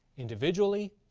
individually,